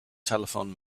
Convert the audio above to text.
telephoned